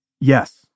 Yes